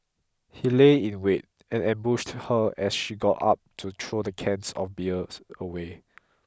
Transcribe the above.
he lay in wait and ambushed her as she got up to throw the cans of beer away